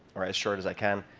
or as short as i can.